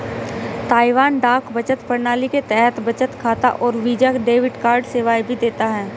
Taiwan डाक बचत प्रणाली के तहत बचत खाता और वीजा डेबिट कार्ड सेवाएं भी देता है